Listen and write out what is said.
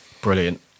brilliant